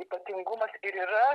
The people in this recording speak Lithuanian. ypatingumas ir yra